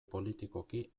politikoki